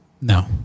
No